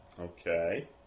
Okay